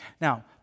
Now